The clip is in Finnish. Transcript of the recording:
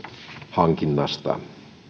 hankinnasta